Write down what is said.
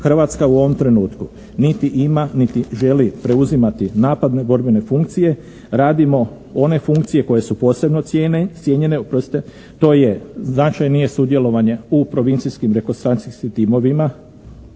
Hrvatska u ovom trenutku niti ima niti želi preuzimati napadne borbene funkcije, radimo one funkcije koje su posebno cijenjene. To je značajnije sudjelovanje u provincijskim …/Govornik se